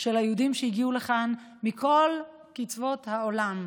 של היהודים שהגיעו לכאן מכל קצוות העולם,